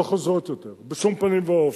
לא חוזרות יותר בשום פנים ואופן.